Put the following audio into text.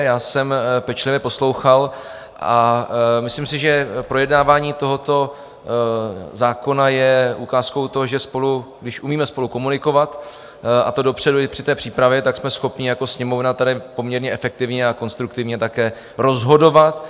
Já jsem pečlivě poslouchal a myslím si, že projednávání tohoto zákona je ukázkou toho, že když umíme spolu komunikovat, a to dopředu i při té přípravě, jsme schopni jako Sněmovna tady poměrně efektivně a konstruktivně také rozhodovat.